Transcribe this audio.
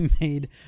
made